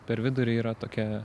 per vidurį yra tokia